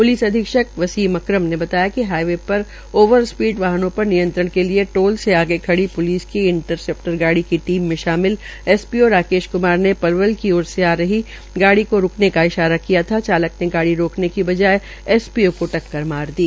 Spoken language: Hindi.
प्लिस अधीक्षक वसीम अकरम ने बताया कि कब्जे हाइवे पर ओवर स्पीड वाहनों पर नियंत्रण के लिए टोल से आगे खड़ी पुलिस की इंटरप्रेटर गाड़ी की टीम में शामिल एसपीओ राकेश कुमार ने पलवल की ओर आ रही गाड़ी को रूकने का इशारा किया था चालक ने गाड़ी रोकने के बजाय एसपसीओ को टक्कर मार दी